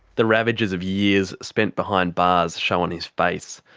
the ravages of years spent behind bars show on his face.